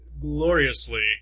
gloriously